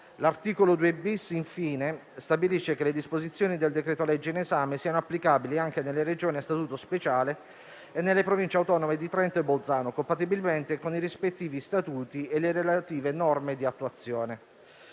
L'articolo 2-*bis*, infine, stabilisce che le disposizioni del decreto-legge in esame siano applicabili anche nelle Regioni a Statuto speciale e nelle Province autonome di Trento e Bolzano, compatibilmente con i rispettivi statuti e le relative norme di attuazione.